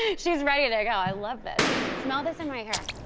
yeah she's ready to go, i love this. smell this in my hair.